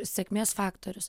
sėkmės faktorius